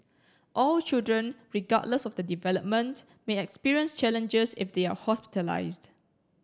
all children regardless of their development may experience challenges if they are hospitalised